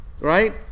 Right